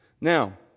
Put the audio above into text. Now